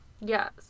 Yes